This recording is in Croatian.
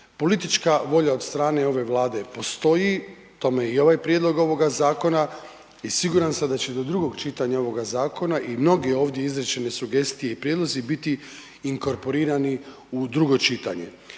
Politička volja od strane ove Vlade postoji, tome je i ovaj prijedlog ovoga zakona i siguran sam da će do drugog čitanja ovog zakona i mnoge ovdje izrečene sugestije i prijedlozi biti inkorporirani u drugo čitanje.